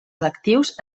electius